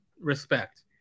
respect